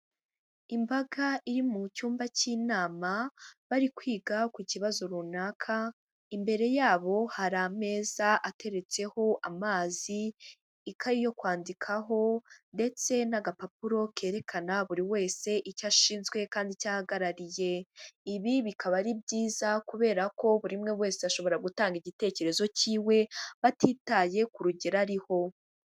Imbaga iri mu cyumba cy'inama, bari kwiga ku kibazo runaka imbere yabo hari ameza ateretseho amazi, ikayi yo kwandikaho ndetse n'agapapuro kerekana buri wese icyo ashinzwe kandi icyahagarariye. Ibi bikaba ari byiza kubera ko buri umwe wese ashobora gutanga igitekerezo k'iwe batitaye ku rugero ariho.